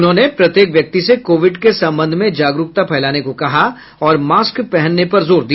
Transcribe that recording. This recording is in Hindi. उन्होंने प्रत्येक व्यक्ति से कोविड के संबंध में जागरूकता फैलाने को कहा और मास्क पहनने पर जोर दिया